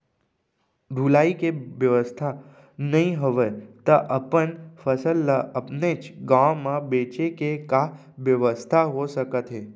ढुलाई के बेवस्था नई हवय ता अपन फसल ला अपनेच गांव मा बेचे के का बेवस्था हो सकत हे?